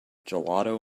gelato